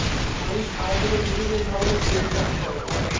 মানুষ খাওয়ার জন্য বিভিন্ন ধরনের তেল চাষ করে